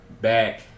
back